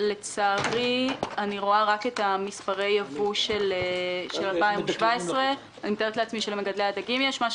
לצערי אני רואה רק את מספרי הייבוא של 2017. אני מתארת לעצמי שלמגדלי הדגים יש מידע.